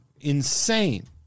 insane